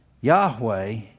Yahweh